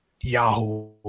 Yahoo